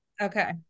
okay